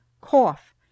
cough